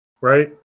right